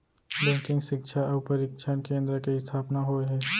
banking सिक्छा अउ परसिक्छन केन्द्र के इस्थापना होय हे